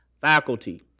Faculty